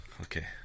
Okay